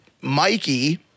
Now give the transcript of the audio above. Mikey